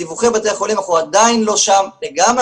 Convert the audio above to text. מדיווחי בתי החולים אנחנו עדיין לא שם לגמרי,